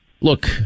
Look